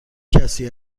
کسی